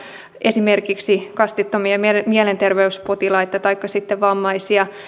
esimerkiksi kastittomia mielenterveyspotilaita taikka sitten vammaisia